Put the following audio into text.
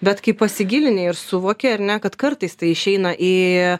bet kai pasigilini ir suvoki ar ne kad kartais tai išeina į